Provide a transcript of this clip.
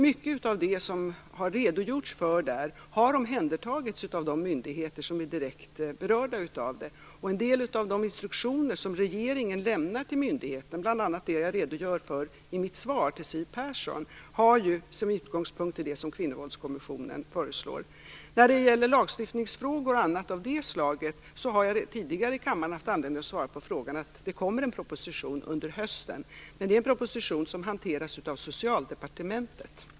Mycket av det som där redogörs för har omhändertagits av de myndigheter som är direkt berörda. En del av de instruktioner som regeringen lämnar till myndigheten, bl.a. det som jag redogör för i mitt svar till Siw Persson, har sin utgångspunkt i det som Kvinnovåldskommissionen föreslår. Beträffande lagstiftningsfrågor och andra frågor av det slaget har jag tidigare här i kammaren haft anledning att svara att det kommer en proposition under hösten, men det är en proposition som hanteras av Socialdepartementet.